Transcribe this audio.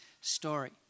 story